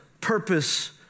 purpose